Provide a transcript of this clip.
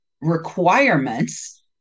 requirements